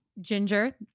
Ginger